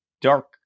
dark